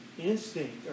instinct